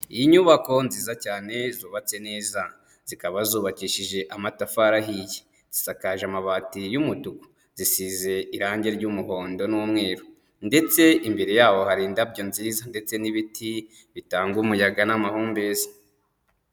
Inyubako nziza cyane zubatse neza, zikaba zubakishije amatafari ahiye, zikaje amabati y'umutuku, zisize irangi ry'umuhondo n'umweru ndetse imbere yabo hari indabyo nziza ndetse n'ibiti bitanga umuyaga n'amahumbezi.